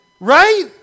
right